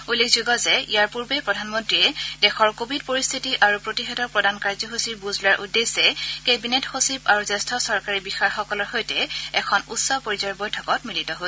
উল্লেখযোগ্য যে ইয়াৰ পূৰ্বে প্ৰধানমন্ত্ৰীয়ে দেশৰ কোৱিড পৰিস্থিতি আৰু প্ৰতিষেধক প্ৰদান কাৰ্যসূচীৰ বুজ লোৱাৰ উদ্দেশ্যে কেবিনেট সচিব আৰু জ্যেষ্ঠ চৰকাৰী বিষয়াসকলৰ সৈতে এখন উচ্চ পৰ্যায়ৰ বৈঠকত মিলিত হয়